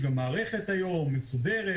יש גם מערכת מסודרת היום.